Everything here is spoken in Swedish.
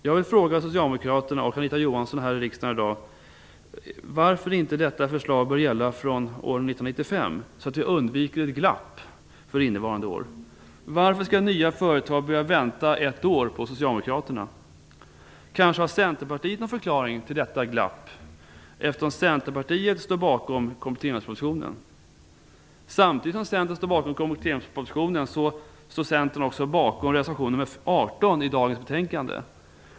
Jag vill fråga socialdemokraterna i riksdagen och Anita Johansson varför inte detta förslag bör gälla från år 1995 så att vi undviker ett "glapp" under 1995. Varför skall nya företag behöva vänta ett år på Socialdemokraterna? Kanske har Centerpartiet någon förklaring till detta "glapp", eftersom även Centerpartiet står bakom kompletteringspropositionen? Samtidigt som Centern står bakom kompletteringspropositionen står Centern också bakom reservation nr 18 i dagens betänkande.